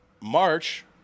March